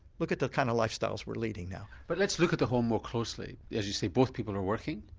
look at the kind of lifestyles we're leading now. but let's look at the home more closely, as you say both people are working,